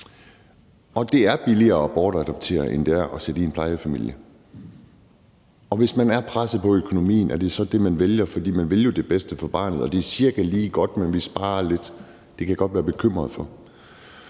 det er billigere at bortadoptere, end det er at sætte i plejefamilie, og hvis man er presset på økonomien, er det så det, man vælger, for man vil jo det bedste for barnet, og det er cirka lige godt, men man sparer lidt. Det kan jeg godt være bekymret for,